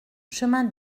chemin